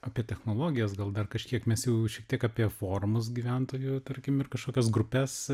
apie technologijas gal dar kažkiek mes jau šiek tiek apie forumus gyventojų tarkim ir kažkokias grupes